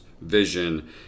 vision